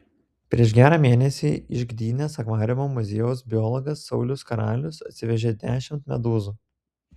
prieš gerą mėnesį iš gdynės akvariumo muziejaus biologas saulius karalius atsivežė dešimt medūzų